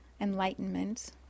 enlightenment